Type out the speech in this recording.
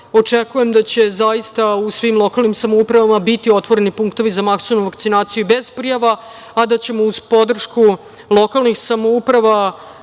Očekujem da će zaista u svim lokalnim samoupravama biti otvoreni punktovi za masovnu vakcinaciju i bez prijava, a da ćemo uz podršku lokalnih samouprava